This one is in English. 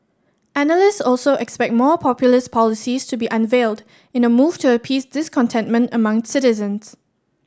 analyst also expect more populist policies to be unveiled in a move to appease discontentment among citizens